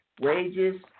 wages